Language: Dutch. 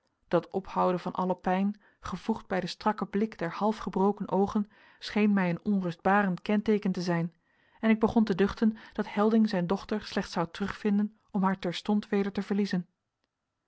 dat ophouden van alle pijn gevoegd bij den strakken blik der half gebroken oogen scheen mij een onrustbarend kenteeken te zijn en ik begon te duchten dat helding zijn dochter slechts zou terugvinden om haar terstond weder te verliezen